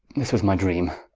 this was my dreame,